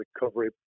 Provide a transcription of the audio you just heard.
recovery